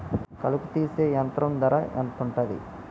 కలుపు తీసే యంత్రం ధర ఎంతుటది?